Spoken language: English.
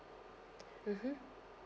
mmhmm